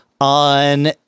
on